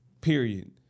period